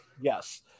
Yes